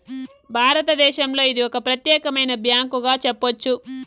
భారతదేశంలో ఇది ఒక ప్రత్యేకమైన బ్యాంకుగా చెప్పొచ్చు